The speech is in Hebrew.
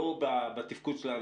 שלו